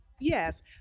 Yes